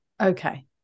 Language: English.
okay